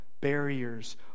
barriers